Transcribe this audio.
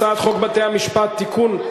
הצעת חוק בתי-המשפט (תיקון,